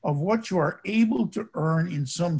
of what you are able to earn in some